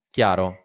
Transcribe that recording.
Chiaro